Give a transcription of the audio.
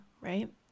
Right